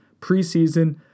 preseason